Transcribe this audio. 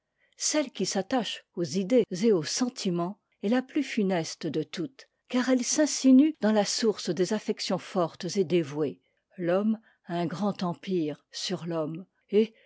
celle qui s'attache aux idées et aux sentiments est la plus funeste de toutes car elle s'insinue dans la source des affections fortes et dévouées l'homme a un grand empire sur l'homme et